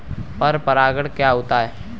पर परागण क्या होता है?